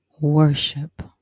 worship